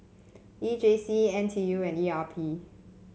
E J C N T U and E R P